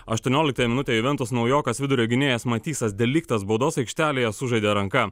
aštuonioliktąją minutę juventus naujokas vidurio gynėjas matisas deliktas baudos aikštelėje sužaidė ranka